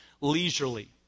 leisurely